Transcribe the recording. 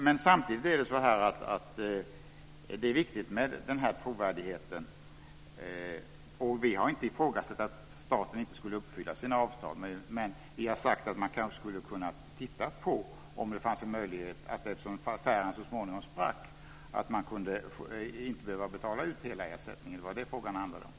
Men samtidigt är det viktigt med trovärdigheten. Vi har inte ifrågasatt att staten skulle uppfylla sina avtal, men vi har sagt att eftersom affären så småningom sprack kanske man inte hade behövt betala ut hela ersättningen. Det var det som frågan handlade om.